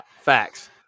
facts